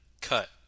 cut